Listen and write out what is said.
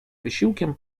wysiłkiem